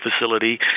facility